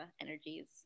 energies